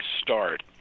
start